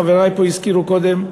חברי פה הזכירו קודם,